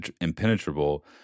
impenetrable